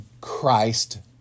Christ